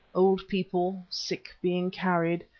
old people, sick being carried,